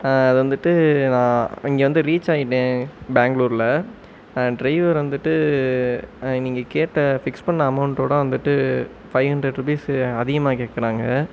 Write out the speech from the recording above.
அது வந்துட்டு நான் இங்கே வந்து ரீச் ஆகிட்டேன் பெங்ளூர்ல ட்ரைவர் வந்துட்டு நீங்கள் கேட்ட ஃபிக்ஸ் பண்ண அமௌண்டோட வந்துட்டு ஃபை ஹண்ட்ரட் ருபீஸு அதிகமாக கேட்குறாங்க